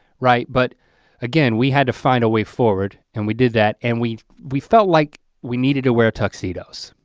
right? but again, we had to find a way forward. and we did that and we we felt like we needed to wear tuxedos.